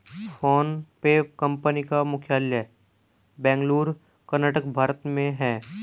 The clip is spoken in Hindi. फोनपे कंपनी का मुख्यालय बेंगलुरु कर्नाटक भारत में है